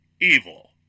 evil